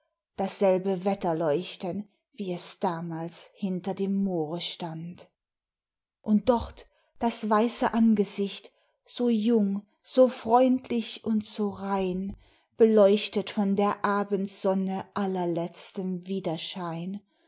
dasselbe wetterleuchten wie es damals hinter dem moore stand und dort das weiße angesicht so jung so freundlich und so rein beleuchtet von der abendsonne allerletztem widerschein